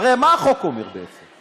הרי מה החוק אומר, בעצם?